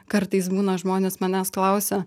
kartais būna žmonės manęs klausia